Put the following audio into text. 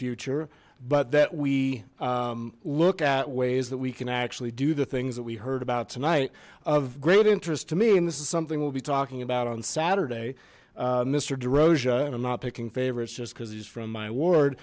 future but that we look at ways that we can actually do the things that we heard about tonight of great interest to me and this is something we'll be talking about on saturday mister de rosa and i'm not picking favorites just because he's from my ward